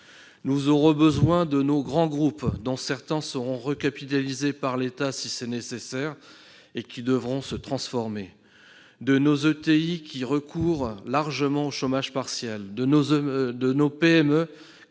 Nous aurons besoin de nos grands groupes, dont certains seront recapitalisés par l'État, si c'est nécessaire, et qui devront se transformer. Nous aurons besoin de nos ETI, qui recourent largement au chômage partiel, de nos PME, qui